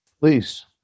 Please